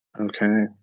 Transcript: Okay